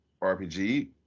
RPG